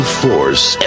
force